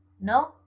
No